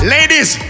Ladies